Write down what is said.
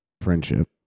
friendship